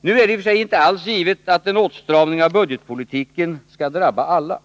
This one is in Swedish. Nu är det i och för sig inte alls givet, att en åtstramning av budgetpolitiken skall drabba alla.